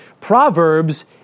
Proverbs